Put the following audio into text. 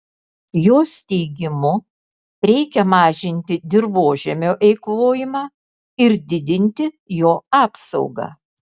jos teigimu reikia mažinti dirvožemio eikvojimą ir didinti jo apsaugą